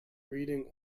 reading